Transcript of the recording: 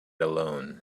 alone